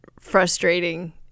frustrating